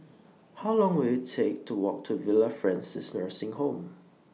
How Long Will IT Take to Walk to Villa Francis Nursing Home